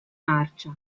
marcia